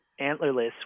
antlerless